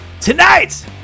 Tonight